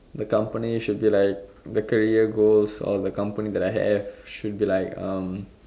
the company should be like the career goals of the company that I have should be like um